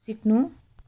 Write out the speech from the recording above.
सिक्नु